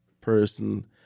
person